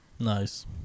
Nice